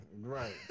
Right